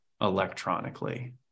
electronically